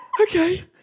okay